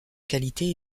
qualité